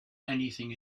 anything